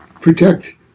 protect